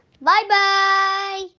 Bye-bye